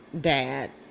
dad